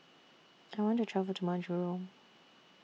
I want to travel to Majuro